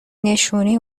نشونی